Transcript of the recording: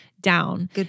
down